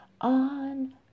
on